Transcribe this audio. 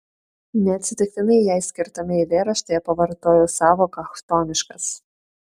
neatsitiktinai jai skirtame eilėraštyje pavartojau sąvoką chtoniškas